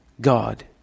God